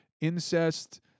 incest